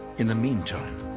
in the meantime,